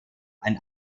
ein